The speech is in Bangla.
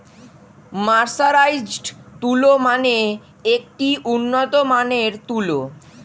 মার্সারাইজড তুলো মানে একটি উন্নত মানের তুলো